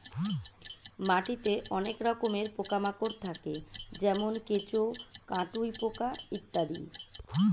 মাটিতে অনেক রকমের পোকা মাকড় থাকে যেমন কেঁচো, কাটুই পোকা ইত্যাদি